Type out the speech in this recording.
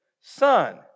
Son